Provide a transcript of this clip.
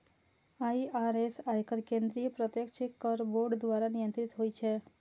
IRS, आयकर केंद्रीय प्रत्यक्ष कर बोर्ड द्वारा नियंत्रित होइ छै